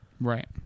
Right